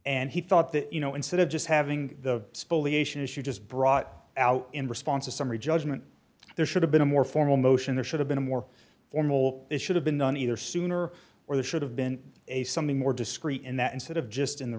and he thought that you know instead of just having the spoliation issue just brought out in response a summary judgment there should have been a more formal motion there should have been a more formal it should have been done either sooner or the should have been a something more discreet in that instead of just in the